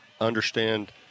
understand